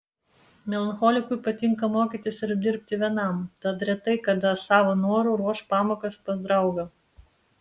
melancholikui patinka mokytis ir dirbti vienam tad retai kada savo noru ruoš pamokas pas draugą